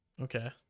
Okay